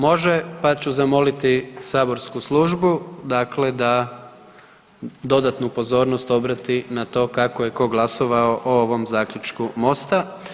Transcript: Može, pa ću zamoliti saborsku službu da dodatnu pozornost obrati na to kako je ko glasovao o ovom zaključku Mosta.